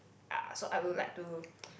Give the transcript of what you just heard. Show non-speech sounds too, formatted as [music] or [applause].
uh so I would like to [breath]